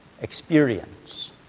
experience